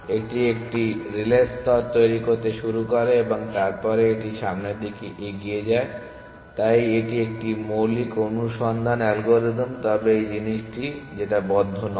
এটি একটি রিলে স্তর তৈরি করতে শুরু করে এবং তারপরে এটি সামনের দিকে এগিয়ে যায় তাই এটি একটি মৌলিক অনুসন্ধান অ্যালগরিদম তবে এই জিনিসটি যেটা বদ্ধ নয়